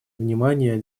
внимание